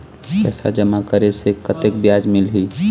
पैसा जमा करे से कतेक ब्याज मिलही?